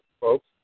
folks